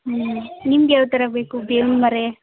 ಹ್ಞೂ ನಿಮ್ಗೆ ಯಾವ ಥರ ಬೇಕು ಬೇವಿನ ಮರ